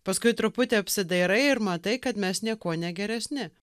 paskui truputį apsidairai ir matai kad mes niekuo negeresni